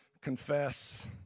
confess